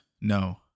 No